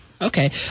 Okay